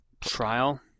Trial